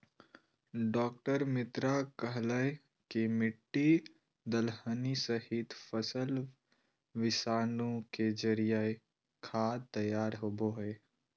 डॉ मित्रा कहलकय कि मिट्टी, दलहनी सहित, फसल विषाणु के जरिए खाद तैयार होबो हइ